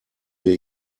wir